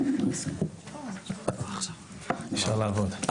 עוד פעם,